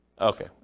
Okay